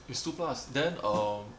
it's two plus then err